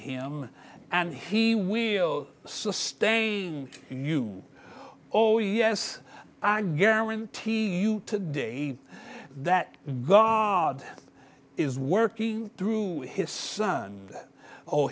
him and he will sustain you oh yes i guarantee you today that god is working through his son o